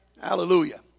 hallelujah